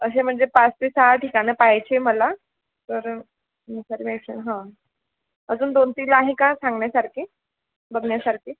असे म्हणजे पाच ते सहा ठिकाणं पाहायचे मला तर इन्फर्मेशन हा अजून दोन तीन आहे का सांगण्यासारखे बघण्यासारखे